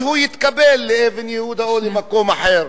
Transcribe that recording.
אז הוא יתקבל לאבן-יהודה או למקום אחר.